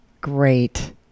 Great